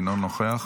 אינו נוכח,